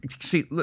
See